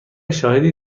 شاهدی